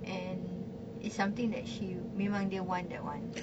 and it's something that she may one day want that [one]